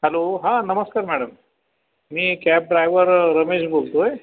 hello हां नमस्कार madam मी कॅब ड्रायव्हर रमेश बोलत आहे